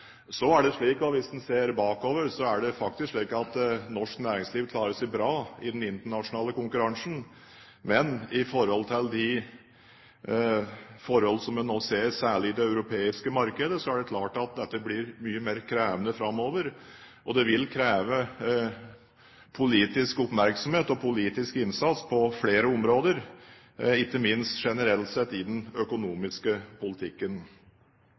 Hvis en ser bakover, er det slik at norsk næringsliv klarer seg bra i den internasjonale konkurransen. Men når det gjelder de forholdene vi nå ser, særlig i det europeiske markedet, er det klart at dette blir mye mer krevende framover. Det vil kreve politisk oppmerksomhet og politisk innsats på flere områder, ikke minst generelt sett i den økonomiske politikken.